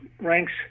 ranks